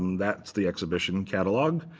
that's the exhibition catalog.